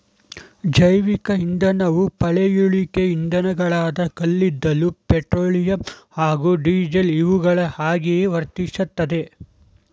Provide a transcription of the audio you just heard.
ಜೈವಿಕ ಇಂಧನವು ಪಳೆಯುಳಿಕೆ ಇಂಧನಗಳಾದ ಕಲ್ಲಿದ್ದಲು ಪೆಟ್ರೋಲಿಯಂ ಹಾಗೂ ಡೀಸೆಲ್ ಇವುಗಳ ಹಾಗೆಯೇ ವರ್ತಿಸ್ತದೆ